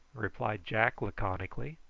replied jack laconically.